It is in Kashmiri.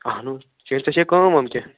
اَہنوٗ کِنہٕ ژےٚ چھےٚ کٲم وٲم کیٚنٛہہ